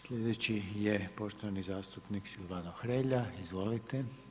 Sljedeći je poštovani zastupnik Silvano Hrelja, izvolite.